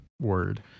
word